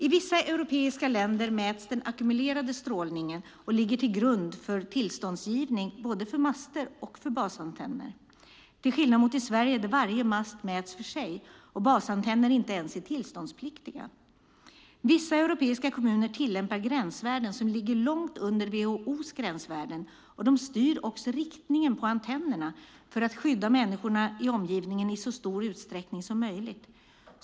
I vissa europeiska länder mäts den ackumulerade strålningen, vilket ligger till grund för tillståndsgivning både för master och för basantenner, till skillnad från Sverige där varje mast mäts för sig och basantenner inte ens är tillståndspliktiga. Vissa europeiska kommuner tillämpar gränsvärden som ligger långt under WHO:s gränsvärden, och de styr också riktningen på antennerna för att i så stor utsträckning som möjligt skydda människorna i omgivningen.